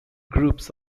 groups